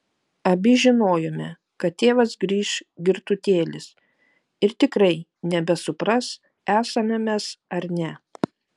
abi žinojome kad tėvas grįš girtutėlis ir tikrai nebesupras esame mes ar ne